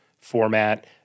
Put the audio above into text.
format